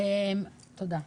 תודה,